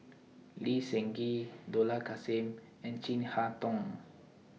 Lee Seng Gee Dollah Kassim and Chin Harn Tong